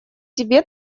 себя